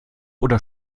oder